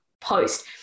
post